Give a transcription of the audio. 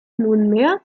nunmehr